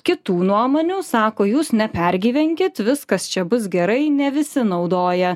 kitų nuomonių sako jūs nepergyvenkit viskas čia bus gerai ne visi naudoja